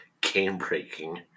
game-breaking